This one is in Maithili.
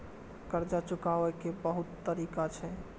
कर्जा चुकाव के बहुत तरीका छै?